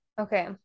Okay